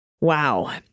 Wow